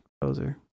composer